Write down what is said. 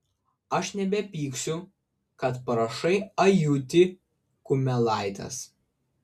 aš nebepyksiu kad prašai ajutį kumelaitės